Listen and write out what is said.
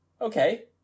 okay